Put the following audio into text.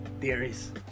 theories